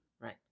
Right